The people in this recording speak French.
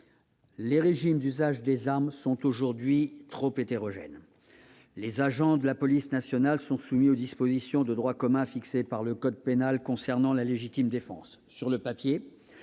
Les régimes d'usage des armes sont aujourd'hui trop hétérogènes. Les agents de la police nationale sont soumis aux dispositions de droit commun fixées par le code pénal concernant la légitime défense. Sur le papier,